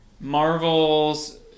Marvel's